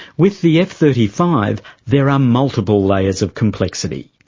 with the f thirty five, there are multiple layers of complexity.